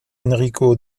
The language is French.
enrico